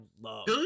love